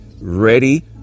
ready